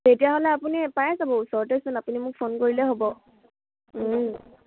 তেতিয়া হ'লে আপুনি পাই যাব ওচৰতেচোন আপুনি মোক ফোন কৰিলে হ'ব